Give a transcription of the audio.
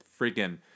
freaking